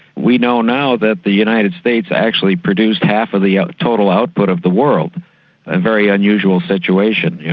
we know now that the united states actually produced half of the total output of the world a very unusual situation. yeah